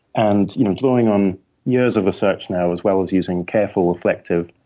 and you know going on years of research now, as well as using careful, reflective,